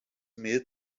mehl